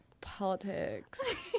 politics